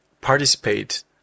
participate